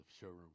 showroom